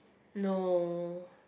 no